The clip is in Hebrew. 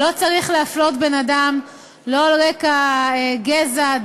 לא צריך להפלות בן-אדם לא על רקע גזע,